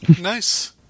Nice